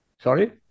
Sorry